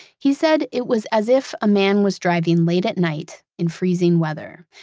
he said it was as if a man was driving late at night in freezing weather.